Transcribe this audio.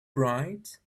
bright